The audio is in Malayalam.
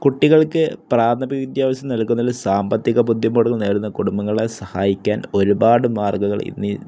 കുട്ടികൾക്ക് പ്രാഥമിക വിദ്യാഭ്യാസം നൽകുന്നതില് സാമ്പത്തിക ബുദ്ധിമുട്ടുകൾ നേരിടുന്ന കുടുംബങ്ങളെ സഹായിക്കാൻ ഒരുപാട് മാർഗ്ഗങ്ങള് ഇന്നീ